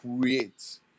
create